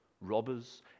robbers